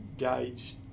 engaged